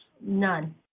None